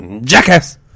Jackass